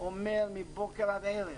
אני אומר מבוקר עד ערב